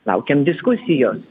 laukiam diskusijos